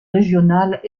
régionales